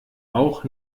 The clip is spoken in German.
auch